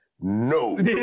no